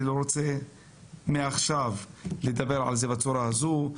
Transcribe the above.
אני לא רוצה מעכשיו לדבר על זה בצורה הזו.